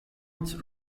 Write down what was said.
its